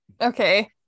okay